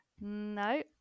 no